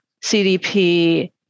CDP